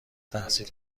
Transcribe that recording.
تحصیل